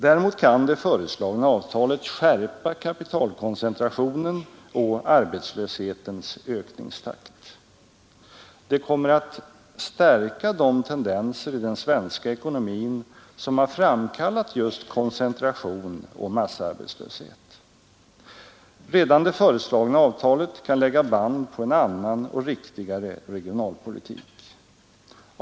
Däremot kan det föreslagna avtalet skärpa kapitalkoncentrationen och arbetslöshetens ökningstakt. Det kommer att stärka de tendenser i den svenska ekonomin som har framkallat just koncentration och massarbetslöshet. Redan det föreslagna avtalet kan lägga band på en annan och riktigare regionalpolitik.